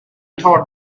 thought